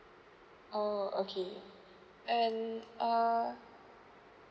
oh okay and uh